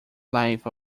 life